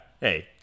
hey